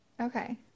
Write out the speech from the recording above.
Okay